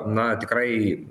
na tikrai